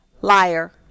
liar